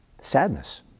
sadness